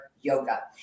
yoga